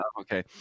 okay